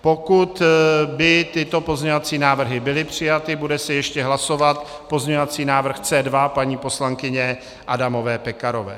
Pokud by tyto pozměňovací návrhy byly přijaty, bude se ještě hlasovat pozměňovací návrh C2 paní poslankyně Adamové Pekarové.